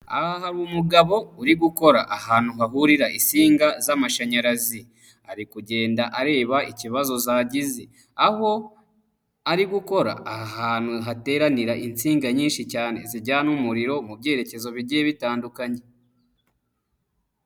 Aha hari umugabo uri gukora ahantu hahurira insinga z'amashanyarazi. Ari kugenda areba ikibazo zagize, aho ari gukora aha hantu hateranira insinga nyinshi cyane zijyana umuriro mu byerekezo bigiye bitandukanye.